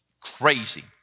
Crazy